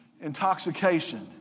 Intoxication